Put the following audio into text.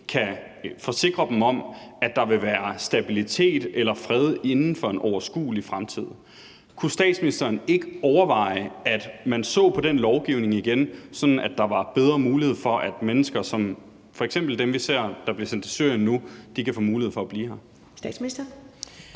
kan forsikre dem om, at der vil være stabilitet eller fred inden for en overskuelig fremtid. Kunne statsministeren ikke overveje at se på den lovgivning igen, sådan at der var bedre mulighed for, at mennesker som f.eks. dem, vi ser bliver sendt til Syrien nu, kan få mulighed for at blive her?